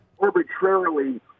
arbitrarily